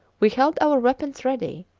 we held our weapons ready.